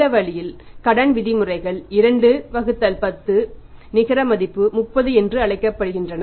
இந்த வழியில் கடன் விதிமுறைகள் 2 வகுத்தல் 10 நிகர மதிப்பு 30 என்று எழுதப்படுகின்றன